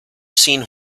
seen